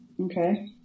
Okay